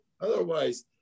otherwise